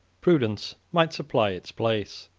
prudence might supply its place,